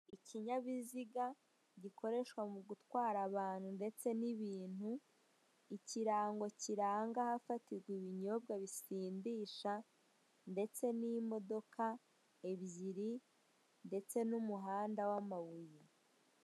Ikinyabiziga gikoreshwa mugutwara abantu ndetse n'ibintu, ikirango kiranga aho gufatira ibinyobwa bisindisha, ndetse n'imodoka ebyiri, ndetse n'umuhanda w'amabuye.